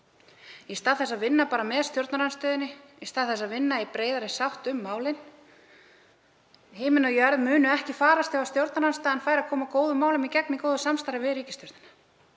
í stað þess að vinna með stjórnarandstöðunni, í stað þess að vinna í breiðari sátt um málin. Himinn og jörð munu ekki farast þótt stjórnarandstaðan fái að koma góðum málum í gegn í góðu samstarfi við ríkisstjórnina.